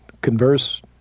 converse